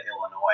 Illinois